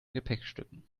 gepäckstücken